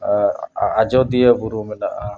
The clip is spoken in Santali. ᱟᱨ ᱟᱡᱳᱫᱤᱭᱟᱹ ᱵᱩᱨᱩ ᱢᱮᱱᱟᱜᱼᱟ